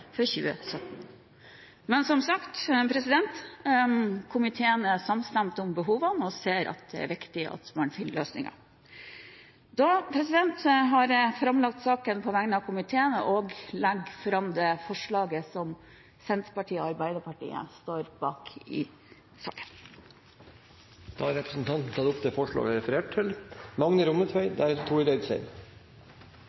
for 2017». Komiteen er som sagt samstemt om behovene og ser at det er viktig at man finner løsninger. Da har jeg framlagt saken på vegne av komiteen og legger fram det forslaget som Senterpartiet og Arbeiderpartiet står bak i saken. Da har representanten Janne Sjelmo Nordås tatt opp det forslaget hun refererte til.